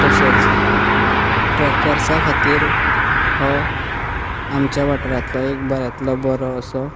तशेंच ट्रॅकर्सां खातीर हो आमच्या वाटारांतलो एक बऱ्यांतलो बरो असो